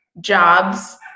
jobs